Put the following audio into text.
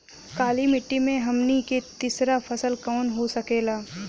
काली मिट्टी में हमनी के तीसरा फसल कवन हो सकेला?